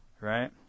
Right